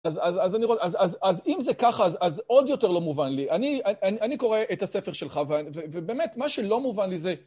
אז אני רואה, אז אם זה ככה, אז עוד יותר לא מובן לי. אני קורא את הספר שלך, ובאמת, מה שלא מובן לי זה...